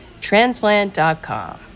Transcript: Transplant.com